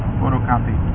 photocopy